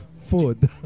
food